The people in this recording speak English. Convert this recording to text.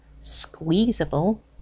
squeezable